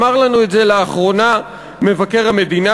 אמר לנו את זה לאחרונה מבקר המדינה,